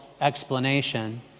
explanation